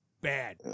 bad